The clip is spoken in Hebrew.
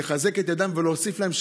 לחזק את ידם ולהוסיף להם,